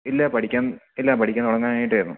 ഇല്ല പഠിക്കാന് ഇല്ല പഠിക്കാന് തുടങ്ങാനായിട്ടായിരുന്നു